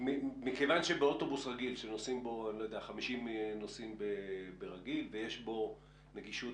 מכיוון שבאוטובוס רגיל שנוסעים בו 50 נוסעים ברגיל ויש בו נגישות